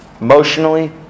emotionally